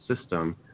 system